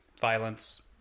violence